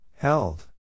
Held